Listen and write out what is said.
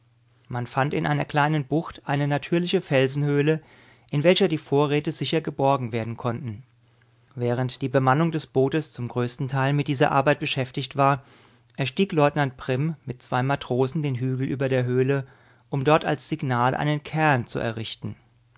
man fand in einer kleinen bucht eine natürliche felsenhöhle in welcher die vorräte sicher geborgen werden konnten während die bemannung des bootes zum größten teile mit dieser arbeit beschäftigt war erstieg leutnant prim mit zwei matrosen den hügel über der höhle um dort als signal einen cairn zu errichten